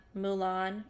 mulan